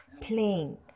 playing